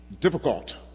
difficult